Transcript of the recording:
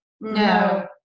No